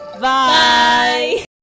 Bye